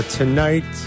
tonight